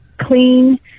clean